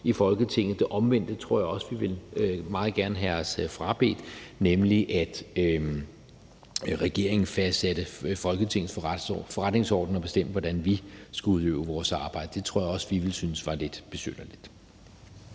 i Folketinget. Det omvendte tror jeg også vi meget gerne ville have os frabedt, nemlig at regeringen fastsatte Folketingets forretningsorden og bestemte, hvordan vi skulle udøve vores arbejde. Det tror jeg også vi ville synes var lidt besynderligt.